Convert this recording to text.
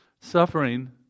Suffering